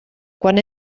quan